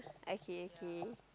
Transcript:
okay okay